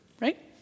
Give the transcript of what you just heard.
right